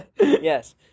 Yes